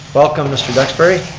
welcome mr. duxbury.